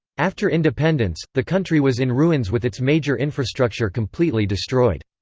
after independence, the country was in ruins with its major infrastructure completely destroyed.